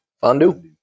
Fondue